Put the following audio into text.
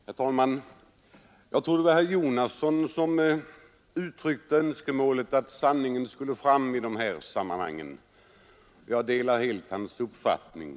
Herr talman! Jag tror det var herr Jonasson som uttryckte önskemålet om att sanningen skulle fram i dessa sammanhang. Jag delar helt hans uppfattning.